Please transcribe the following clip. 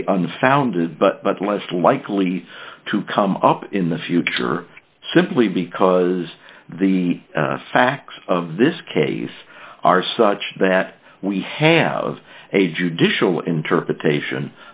founded but but less likely to come up in the future simply because the facts of this case are such that we have a judicial interpretation